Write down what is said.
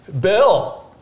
Bill